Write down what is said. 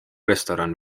restoran